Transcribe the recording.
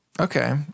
Okay